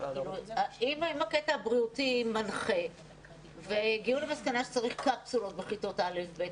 אם הקטע הבריאותי מנחה והגיעו למסקנה שצריך קפסולות בכיתות א' ב',